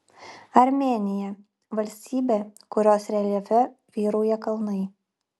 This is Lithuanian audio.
armėnija valstybė kurios reljefe vyrauja kalnai